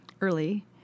early